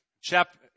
Chapter